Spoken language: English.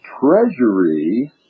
Treasury